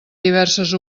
diverses